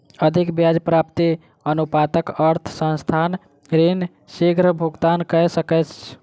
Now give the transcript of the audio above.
अधिक ब्याज व्याप्ति अनुपातक अर्थ संस्थान ऋण शीग्र भुगतान कय सकैछ